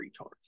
retards